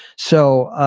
so,